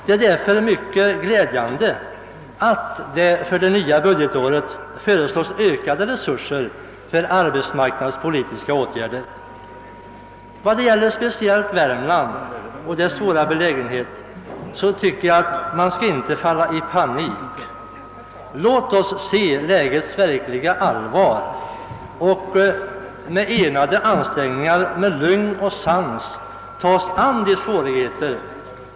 Det är därför mycket glädjande att det för det nya budgetåret föreslås ökade resurser för arbetsmarknadspolitiska åtgärder. Vad gäller speciellt Värmlands svåra belägenhet bör man inte råka i panik. Låt oss se lägets verkliga allvar och med enade ansträngningar, med lugn och sans ta oss an svårigheterna!